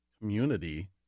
community